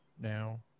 now